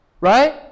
Right